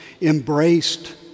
embraced